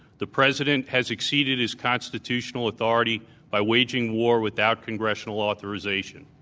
the president has exceeded his constitutional authority by waging war without congressional authorization.